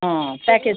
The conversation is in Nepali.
अँ प्याकेज